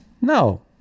No